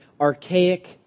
archaic